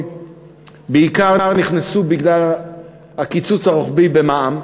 בעיקר נכנסו בגלל הקיצוץ הרוחבי במע"מ,